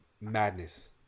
madness